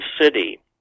City